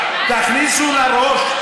תכניסו לראש.